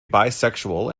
bisexual